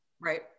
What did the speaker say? right